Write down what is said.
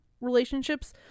relationships